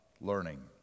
learning